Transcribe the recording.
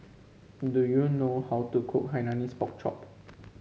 do you know how to cook Hainanese Pork Chop